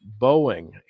boeing